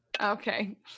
Okay